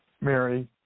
Mary